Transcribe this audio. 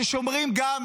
ששומרים גם עליהם,